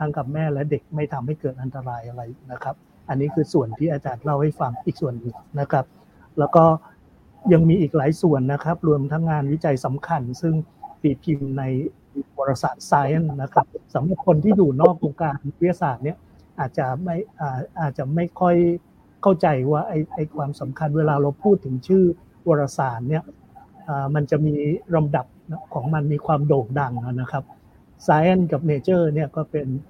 ทั้งกับแม่และเด็กไม่ทำให้เกิดอันตรายอะไรนะครับ อันนี้คือส่วนที่อาจารย์เล่าให้ฟังอีกส่วนหนึ่งนะครับ แล้วก็ยังมีอีกหลายส่วนนะครับ รวมทั้งงานวิจัยสำคัญซึ่งตีพิมพ์ในวารสาร Science นะครับ สำหรับคนที่อยู่นอกวงการวิทยาศาสตร์เนี่ยอาจจะไม่- อ่าอาจจะไม่ค่อยเข้าใจว่าไอ้- ไอ้ความสำคัญ เวลาเราพูดถึงชื่อวารสารเนี่ยเอ่อมันจะมีลำดับของมัน มีความโด่งดังนะครับ Science กับ Nature เนี่ยก็เป็น